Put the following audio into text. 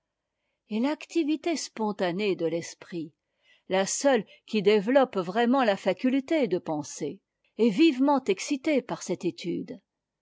et l'activité spontanée é de l'esprit la seule qui développe vraiment la fae culté de penser est vivement excitée par cette t étude